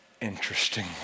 interesting